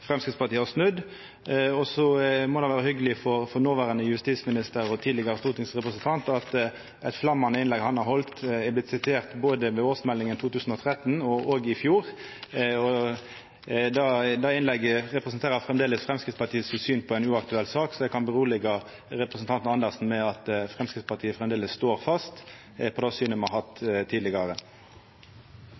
Framstegspartiet har snudd. Så må det vera hyggeleg for den noverande justisministeren og tidlegare stortingsrepresentanten at eit flammande innlegg han har halde, har vorte sitert ved årsmeldinga for 2013 og òg i fjor. Det innlegget representerer framleis Framstegspartiets syn på ei uaktuell sak, så representanten Andersen kan vera roleg for at Framstegspartiet framleis står fast ved det synet me har hatt tidlegare.